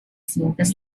siguientes